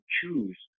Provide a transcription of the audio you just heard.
choose